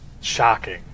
shocking